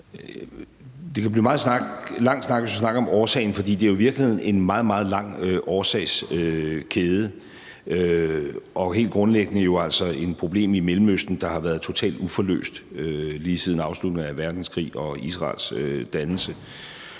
snak, hvis vi skal snakke om årsagen, for det er jo i virkeligheden en meget, meget lang årsagskæde. Helt grundlæggende er det et problem i Mellemøsten, der har været total uforløst siden afslutningen af anden verdenskrig og Israels dannelse.